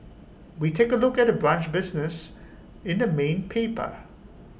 we take A look at the brunch business in the main paper